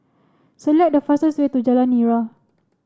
select the fastest way to Jalan Nira